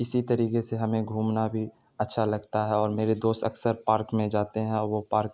اسی طریقے سے ہمیں گھومنا بھی اچھا لگتا ہے اور میرے دوست اکثر پارک میں جاتے ہیں اور وہ پارک